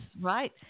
right